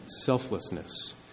selflessness